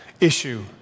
issue